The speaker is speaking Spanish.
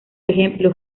ejemplo